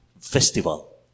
festival